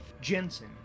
Jensen